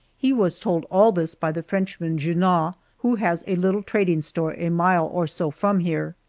he was told all this by the frenchman, junot, who has a little trading store a mile or so from here.